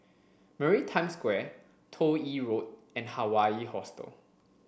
Maritime Square Toh Yi Road and Hawaii Hostel